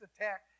attack